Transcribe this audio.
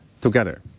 together